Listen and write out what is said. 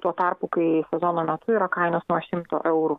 tuo tarpu kai sezono metu yra kainos nuo šimto eurų